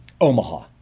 Omaha